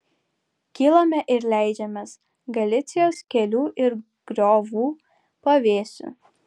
kylame ir leidžiamės galicijos kelių ir griovų pavėsiu